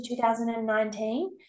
2019